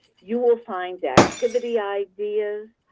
you will find activity ideas,